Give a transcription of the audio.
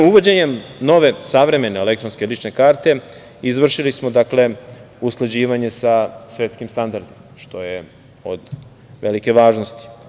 Uvođenjem nove savremene lične karte, izvršili smo usklađivanje sa svetskim standardima, što je od velike važnosti.